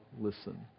listen